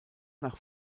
nach